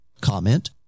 comment